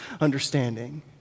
understanding